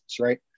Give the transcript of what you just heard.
right